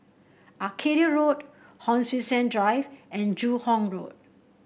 Arcadia Road Hon Sui Sen Drive and Joo Hong Road